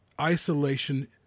isolation